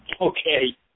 Okay